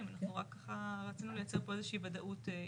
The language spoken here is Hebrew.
אנחנו רק ככה רצינו לייצר איזה שהיא וודאות,